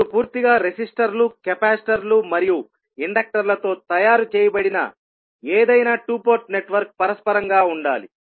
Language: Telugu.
ఇప్పుడు పూర్తిగా రెసిస్టర్లు కెపాసిటర్లు మరియు ఇండక్టర్లతో తయారు చేయబడిన ఏదైనా 2 పోర్ట్ నెట్వర్క్ పరస్పరంగా ఉండాలి